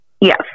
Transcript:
Yes